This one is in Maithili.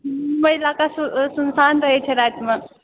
हमे इलाका सुनसान रहै छै रातिमे